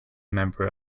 member